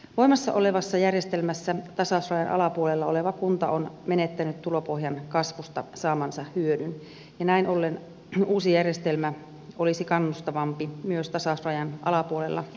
voimassa olevassa järjestelmässä tasausrajan alapuolella oleva kunta on menettänyt tulopohjan kasvusta saamansa hyödyn ja näin ollen uusi järjestelmä olisi kannustavampi myös tasausrajan alapuolella oleville kunnille